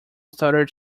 started